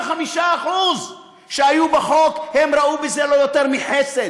ה-25% שהיו בחוק, הם ראו בזה לא יותר מחסד.